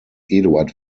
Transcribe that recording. eduard